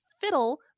fiddle